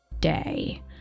day